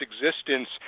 existence